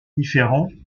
différents